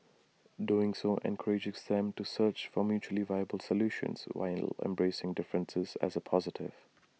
doing so encourages them to search for mutually valuable solutions while embracing differences as A positive